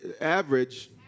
average